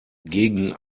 gegen